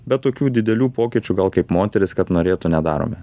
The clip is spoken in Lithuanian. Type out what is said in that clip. bet tokių didelių pokyčių gal kaip moterys kad norėtų nedarome